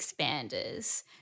expanders